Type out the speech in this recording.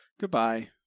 Goodbye